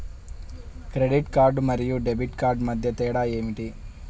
Credit card మరియు debit card మధ్య తేడా ఏమిటి?